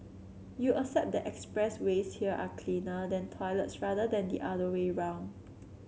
you accept that expressways here are cleaner than toilets rather than the other way round